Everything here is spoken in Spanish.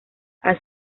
han